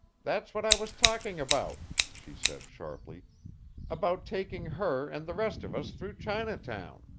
that's what i was talking about, she said sharply about taking her and the rest of us through chinatown.